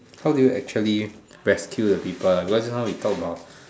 how do you actually rescue the people because just now we talk about